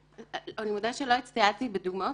--- אני מודה שלא הצטיידתי בדוגמאות,